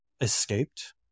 Escaped